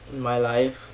in my life